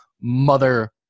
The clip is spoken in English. mother